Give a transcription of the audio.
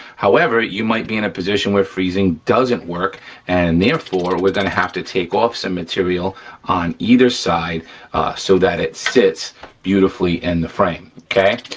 however, you might be in a position where freezing doesn't work and therefore, we're gonna have to take off some material on either side so that it sits beautifully in the frame, okay?